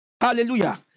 Hallelujah